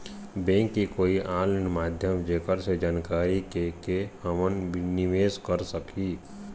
Bank के कोई online माध्यम जेकर से जानकारी के के हमन निवेस कर सकही?